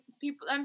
people